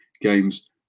games